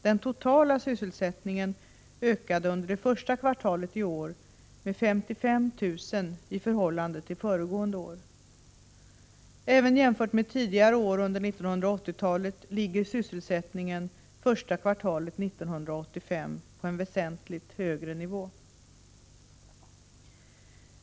Den totala sysselsättningen steg under det första kvartalet iår med 55 000 i förhållande till föregående år. Även jämfört med tidigare år under 1980-talet ligger sysselsättningen första kvartalet 1985 på en väsentligt högre nivå.